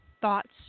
Thoughts